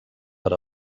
per